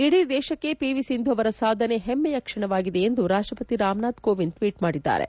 ಇಡೀ ದೇಶಕ್ಷೆ P V Sindhu ಅವರ ಸಾಧನೆ ಹೆಮ್ನೆಯ ಕ್ಷಣವಾಗಿದೆ ಎಂದು ರಾಷ್ಟಪತಿ ರಾಮನಾಥ್ ಕೋವಿಂದ್ ಟ್ವೀಟ್ ಮಾಡಿದ್ದಾರೆ